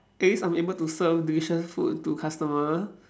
at least I'm able to serve delicious food to customer